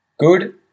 good